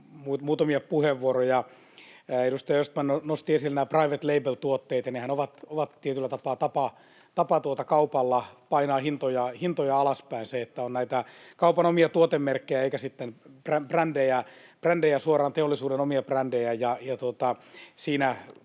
muutamia puheenvuoroja. Edustaja Östman nosti esille nämä private label ‑tuotteet. Nehän ovat tietyllä tapaa kaupalle tapa painaa hintoja alaspäin, se, että on näitä kaupan omia tuotemerkkejä eikä sitten brändejä, suoraan teollisuuden omia brändejä. Tulisi